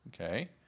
Okay